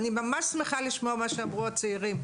אני ממש שמחה לשמוע מה שאמרו הצעירים,